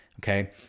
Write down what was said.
okay